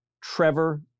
Trevor